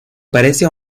parece